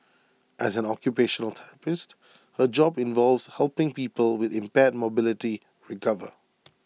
as an occupational therapist her job involves helping people with impaired mobility recover